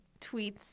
tweets